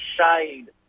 shade